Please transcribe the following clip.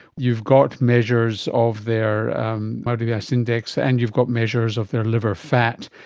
you've got measures of their body mass index and you've got measures of their liver fat,